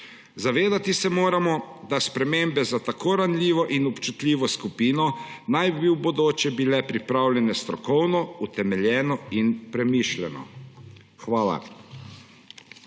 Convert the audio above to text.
Zavedati se moramo, da spremembe za tako ranljivo in občutljivo skupino naj bi v bodoče bile pripravljene strokovno, utemeljeno in premišljeno. Hvala.